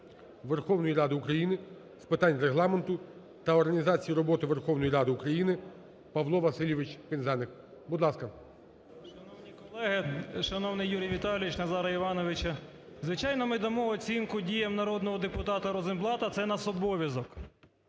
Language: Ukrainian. Верховної Ради України з питань Регламенту та організації роботи Верховної Ради України Павло Васильович Пинзеник. Будь ласка. 20:35:31 ПИНЗЕНИК П.В. Шановні колеги, шановний Юрію Віталійовичу, Назаре Івановичу! Звичайно, ми дамо оцінку народного депутата Розенблата, це наш обов'язок.